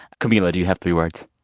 camila, do you have three words?